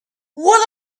what